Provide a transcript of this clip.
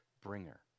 bringer